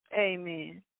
amen